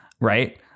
right